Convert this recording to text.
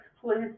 please